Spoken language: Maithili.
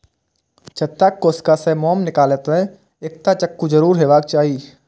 छत्ताक कोशिका सं मोम निकालै लेल एकटा चक्कू जरूर हेबाक चाही